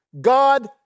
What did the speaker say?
God